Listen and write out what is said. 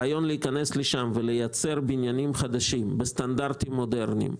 הרעיון הוא להיכנס לשם ולייצר בניינים חדשים בסטנדרטים מודרניים.